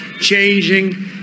changing